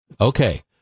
Okay